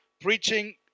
preaching